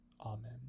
Amen